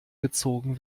gezogen